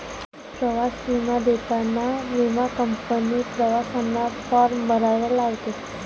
प्रवास विमा देताना विमा कंपनी प्रवाशांना फॉर्म भरायला लावते